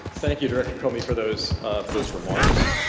thank you, director comey, for those for those remarks.